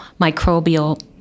microbial